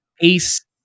Ace